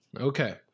okay